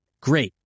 Great